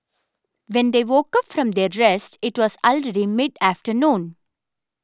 when they woke up from their rest it was already mid afternoon